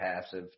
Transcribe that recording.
passive